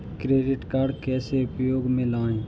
Credit card कैसे उपयोग में लाएँ?